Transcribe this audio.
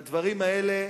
והדברים האלה,